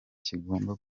kigomba